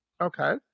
Okay